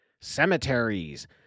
cemeteries